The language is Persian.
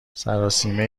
سراسیمه